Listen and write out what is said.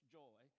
joy